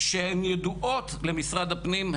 שהם ידועות למשרד הפנים,